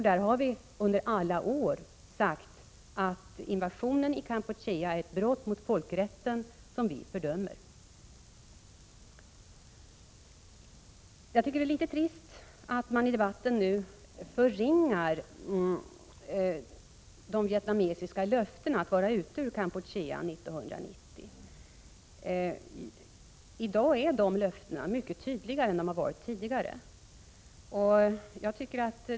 Där har vi under alla år sagt att invasionen i Kampuchea är ett brott mot folkrätten, vilket vi fördömer. Jag tycker att det är litet trist att man i debatten nu förringar de vietnamesiska löftena att vara ute ur Kampuchea 1990. I dag är de löftena mycket tydligare än de varit tidigare.